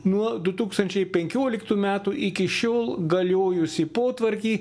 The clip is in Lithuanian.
nuo du tūkstančiai penkioliktų metų iki šiol galiojusį potvarkį